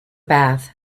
bath